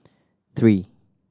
three